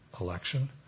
election